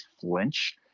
flinch